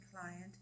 client